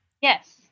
Yes